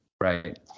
right